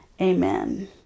Amen